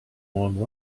long